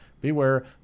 Beware